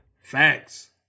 Facts